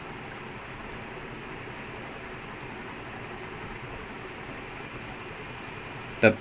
no நீ பார்த்தேனா:nee paarthaenaa um jersey second time won err world stage err